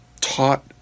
taught